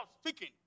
speaking